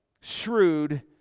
shrewd